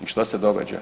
I što se događa?